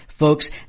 Folks